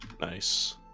Nice